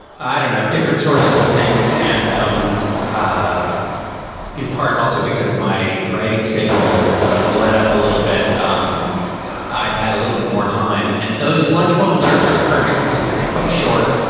i don't know, different sources of things. and um ah in part also because my writing schedule has ah let up a little bit. um i've had a little bit more time. and those lunch poems are sort of perfect because there's quite short,